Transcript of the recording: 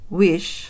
wish